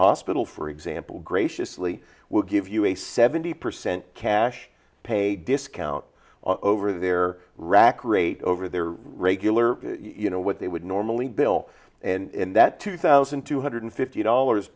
hospital for example graciously will give you a seventy percent cash pay discount over their rack rate over their regular you know what they would normally bill and that two thousand two hundred fifty dollars